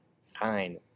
sign